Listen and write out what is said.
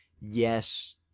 yes